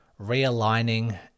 realigning